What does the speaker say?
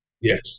Yes